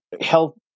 health